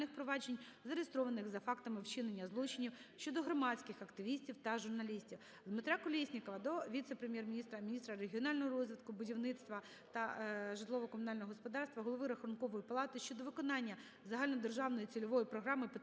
Дмитра Колєснікова до віце-прем’єр-міністра України - міністра регіонального розвитку, будівництва та житлово-комунального господарства, Голови Рахункової палати щодо виконання Загальнодержавної цільової програми "Питна